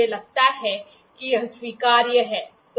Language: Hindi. मुझे लगता है कि यह स्वीकार्य है